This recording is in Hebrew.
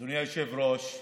יושב-ראש השדולה,